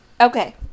Okay